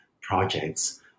projects